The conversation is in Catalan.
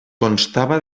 constava